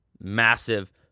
massive